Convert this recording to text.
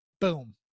Boom